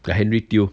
like henry teo